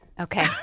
Okay